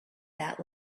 that